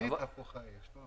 ריבית הפוכה יש.